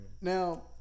Now